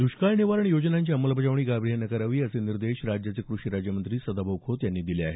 दष्काळ निवारण योजनांची अंमलबजावणी गांभिर्यानं करावी असे निर्देश राज्याचे कृषी राज्यमंत्री सदाभाऊ खोत यांनी दिले आहेत